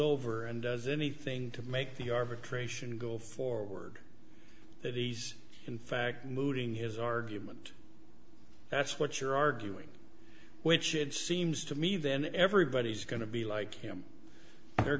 over and anything to make the arbitration go forward that he's in fact moving his argument that's what you're arguing which it seems to me then everybody's going to be like him they're